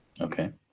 Okay